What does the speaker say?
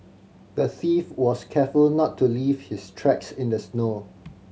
the thief was careful not to leave his tracks in the snow